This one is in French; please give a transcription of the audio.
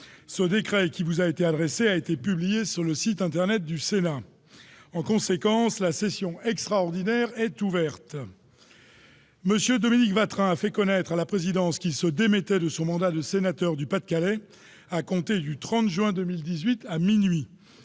Ce décret, qui vous a été adressé, mes chers collègues, a été publié sur le site internet du Sénat. En conséquence, la session extraordinaire est ouverte. M. Dominique Watrin a fait connaître à la présidence qu'il se démettait de son mandat de sénateur du Pas-de-Calais, à compter du 30 juin 2018, à minuit.